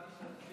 שר העבודה,